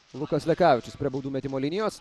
lukas lekavičius prie baudų metimo linijos